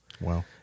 Wow